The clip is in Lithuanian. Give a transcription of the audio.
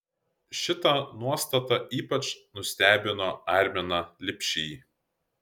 šita nuostata ypač nustebino arminą lipšį